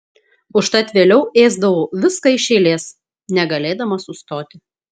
užtat vėliau ėsdavau viską iš eilės negalėdama sustoti